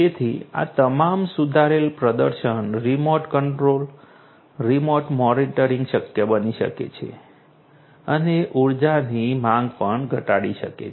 તેથી આ તમામ સુધારેલ પ્રદર્શન રીમોટ કંટ્રોલ રીમોટ મોનીટરીંગ શક્ય બની શકે છે અને ઉર્જાની માંગ પણ ઘટાડી શકે છે